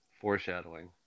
foreshadowing